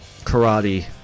Karate